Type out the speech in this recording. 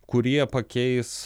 kurie pakeis